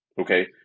okay